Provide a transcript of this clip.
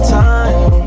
time